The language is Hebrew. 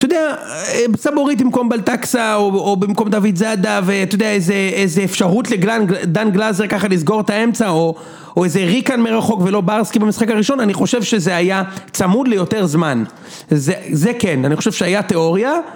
אתה יודע בסבורית במקום בלטקסה או במקום דוד זאדה ואתה יודע איזה אפשרות לגלן דן גלאזר ככה לסגור את האמצע או איזה ריקן מרחוק ולא ברסקי במשחק הראשון אני חושב שזה היה צמוד ליותר זמן זה כן אני חושב שהיה תיאוריה